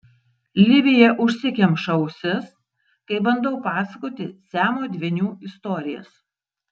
livija užsikemša ausis kai bandau pasakoti siamo dvynių istorijas